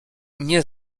nie